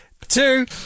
two